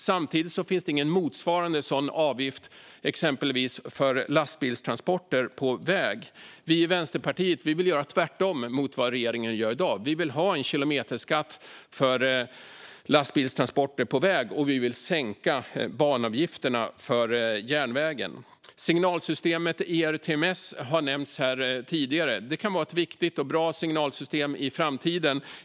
Samtidigt finns det ingen motsvarande avgift för exempelvis lastbilstransporter på väg. Vi i Vänsterpartiet vill göra tvärtemot vad regeringen gör i dag. Vi vill ha en kilometerskatt för lastbilstransporter på väg, och vi vill sänka banavgifterna för järnvägen. Signalsystemet ERTMS har nämnts här tidigare. Detta kan vara ett viktigt och bra signalsystem i framtiden.